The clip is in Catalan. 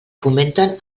fomenten